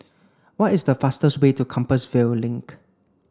what is the fastest way to Compassvale Link